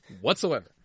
whatsoever